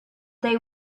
they